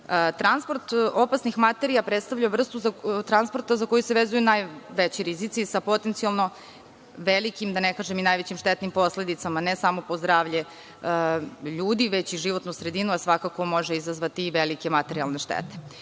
Transport opasnih materija predstavlja vrstu transporta za koju se vezuju najveći rizici, sa potencijalno velikim, da ne kažem i najvećim štetnim posledicama, ne samo po zdravlje ljudi, već i životnu sredinu, a svakako može izazvati i velike materijalne štete. Da